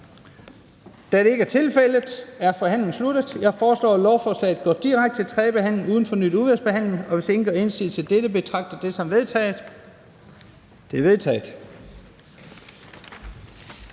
Da det ikke er tilfældet, er forhandlingen sluttet. Jeg foreslår, at lovforslaget går direkte til tredje behandling uden fornyet udvalgsbehandling, og hvis ingen gør indsigelse mod dette, betragter jeg det som vedtaget. Det er vedtaget.